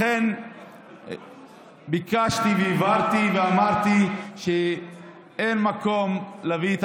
לכן ביקשתי והבהרתי ואמרתי שאין מקום להביא את